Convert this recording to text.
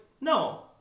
No